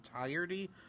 entirety